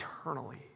eternally